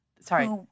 Sorry